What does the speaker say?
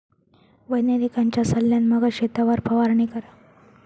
वैज्ञानिकांच्या सल्ल्यान मगच शेतावर फवारणी करा